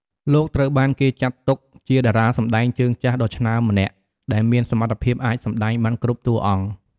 លោកត្រូវបានគេចាត់ទុកជាតារាសម្តែងជើងចាស់ដ៏ឆ្នើមម្នាក់ ដែលមានសមត្ថភាពអាចសម្តែងបានគ្រប់តួអង្គ។